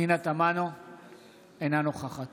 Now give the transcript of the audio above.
אינה נוכחת